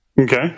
Okay